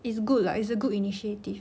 it's good lah it's a good initiative